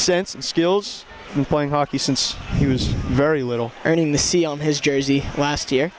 sense and skills and playing hockey since he was very little and in the sea on his jersey last year